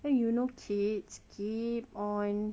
then you know kids keep on